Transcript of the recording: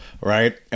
right